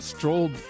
Strolled